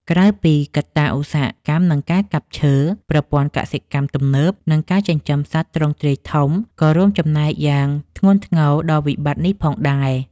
ក្រៅពីកត្តាឧស្សាហកម្ម និងការកាប់ឈើ ប្រព័ន្ធកសិកម្មទំនើប និងការចិញ្ចឹមសត្វទ្រង់ទ្រាយធំក៏រួមចំណែកយ៉ាងធ្ងន់ធ្ងរដល់វិបត្តិនេះផងដែរ។